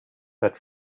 that